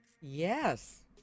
Yes